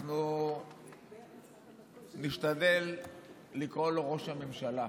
אנחנו נשתדל לקרוא לו ראש הממשלה,